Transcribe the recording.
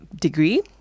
degree